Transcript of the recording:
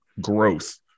growth